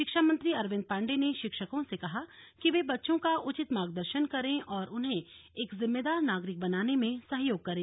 शिक्षा मंत्री अरविंद पांडे ने शिक्षकों से कहा कि वे बच्चों का उचित मार्गदर्शन करें और उन्हें एक जिम्मेदार नागरिक बनाने में सहयोग करें